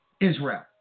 Israel